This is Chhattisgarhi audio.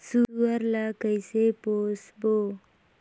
सुअर ला कइसे पोसबो?